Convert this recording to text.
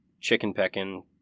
chicken-pecking